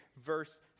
verse